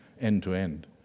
end-to-end